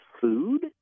food